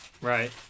Right